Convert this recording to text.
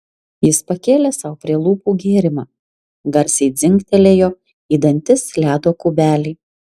jis pakėlė sau prie lūpų gėrimą garsiai dzingtelėjo į dantis ledo kubeliai